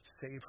save